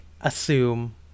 assume